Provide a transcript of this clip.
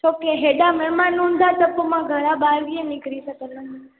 छो की एतिरा महिमानु हूंदा त पोइ मां घरां ॿाहिरि कीअं निकिरी सघंदमि